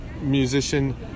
musician